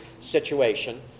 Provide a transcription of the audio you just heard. situation